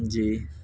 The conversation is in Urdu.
جی